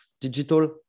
digital